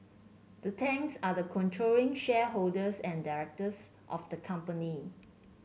the Tangs are the controlling shareholders and directors of the company